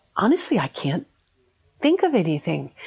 honestly, i can't think of anything.